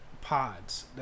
pods